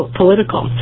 political